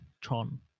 Tron